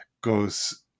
goes